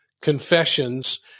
confessions